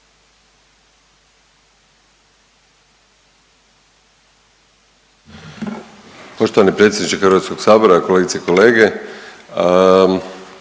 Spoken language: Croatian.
Štovani potpredsjedniče Hrvatskog sabora, kolegice i kolege